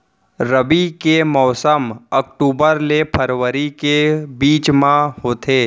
रबी के मौसम अक्टूबर ले फरवरी के बीच मा होथे